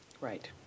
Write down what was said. Right